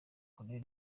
col